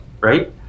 right